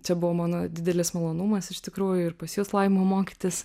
čia buvo mano didelis malonumas iš tikrųjų ir pas jus laima mokytis